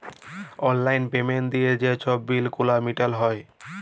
অললাইল পেমেল্ট দিঁয়ে যে ছব বিল গুলান মিটাল হ্যয়